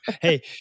Hey